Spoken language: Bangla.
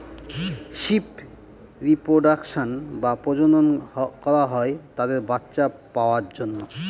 শিপ রিপ্রোডাক্সন বা প্রজনন করা হয় তাদের বাচ্চা পাওয়ার জন্য